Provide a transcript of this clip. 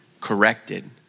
corrected